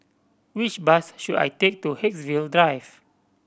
which bus should I take to Haigsville Drive